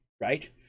right